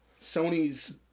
sony's